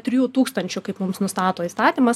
trijų tūkstančių kaip mums nustato įstatymas